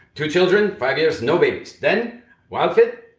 two children, five years no babies. then wildfit.